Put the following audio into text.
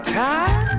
time